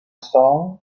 song